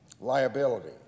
liability